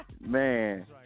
Man